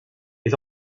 est